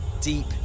Deep